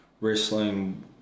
wrestling